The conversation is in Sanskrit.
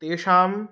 तेषां